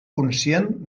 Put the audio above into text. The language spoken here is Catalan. conscient